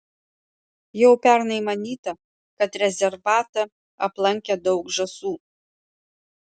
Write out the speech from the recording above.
jau pernai manyta kad rezervatą aplankė daug žąsų